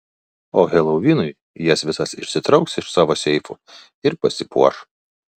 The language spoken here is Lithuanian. o helovinui jas visas išsitrauks iš savo seifų ir pasipuoš